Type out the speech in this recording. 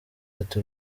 ati